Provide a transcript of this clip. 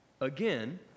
again